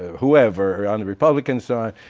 whoever on the republican side,